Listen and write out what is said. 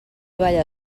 balla